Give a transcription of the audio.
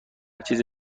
چیز